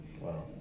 Wow